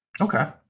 Okay